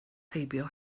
heibio